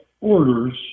orders